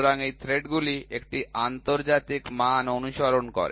সুতরাং এই থ্রেড গুলি একটি আন্তর্জাতিক মান অনুসরণ করে